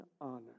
honor